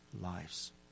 lives